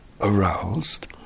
aroused